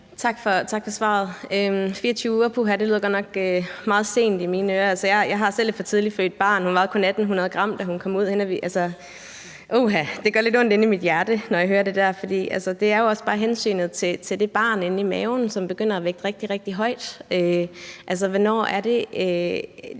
Tak for svaret. 24 uger – puha – lyder godt nok meget sent i mine ører. Jeg har selv et for tidligt født barn. Hun vejede kun 1.800 g, da hun kom ud. Uha, det gør lidt ondt inde i mit hjerte, når jeg hører det der. Det er jo også bare hensynet til det barn inde i maven, som begynder at vægte rigtig, rigtig højt. Hvornår er det